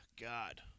God